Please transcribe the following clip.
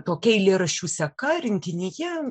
tokia eilėraščių seka rinkinyje